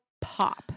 Pop